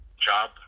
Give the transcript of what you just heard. job